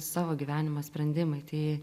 savo gyvenimo sprendimai tai